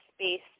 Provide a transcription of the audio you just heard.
space